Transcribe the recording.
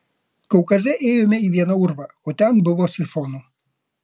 kaukaze ėjome į vieną urvą o ten buvo sifonų